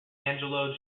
angelo